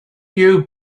you